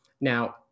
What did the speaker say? Now